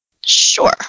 Sure